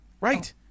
right